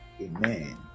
Amen